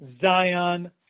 Zion